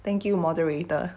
thank you moderator